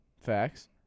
Facts